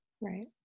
right